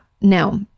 Now